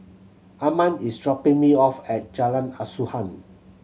Armand is dropping me off at Jalan Asuhan